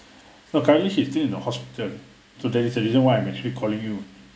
no currently she is still in the hospitall so there is a reason why I'm actually calling you